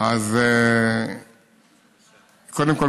קודם כול,